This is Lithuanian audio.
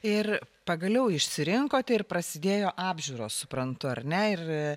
ir pagaliau išsirinkote ir prasidėjo apžiūros suprantu ar ne ir